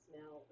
now